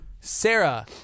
sarah